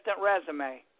resume